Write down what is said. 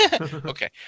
Okay